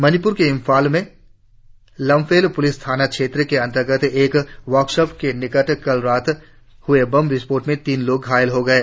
मणिप्र के इम्फॉल में लाम्फेल पुलिस थाना क्षेत्र के अंतर्गत एक वर्कशॉप के निकट कल रात हुए बम विस्फोट में तीन लोग घायक हो गये